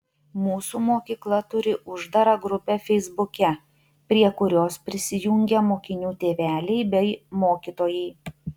mūsų mokykla turi uždarą grupę feisbuke prie kurios prisijungę mokinių tėveliai bei mokytojai